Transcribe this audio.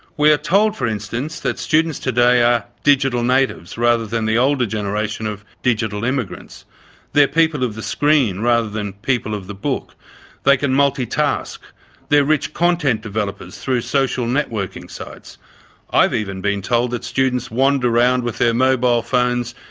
we are told, for instance, that students today are digital natives rather than the older generation of digital immigrants they're people of the screen rather than people of the book they can multitask they're rich content developers through social networking sites i've even been told that students wander around with their mobile phones,